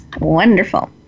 Wonderful